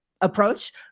approach